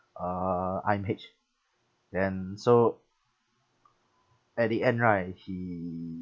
uh I_M_H then so at the end right he